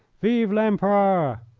vive l'empereur!